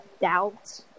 doubt